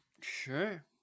Sure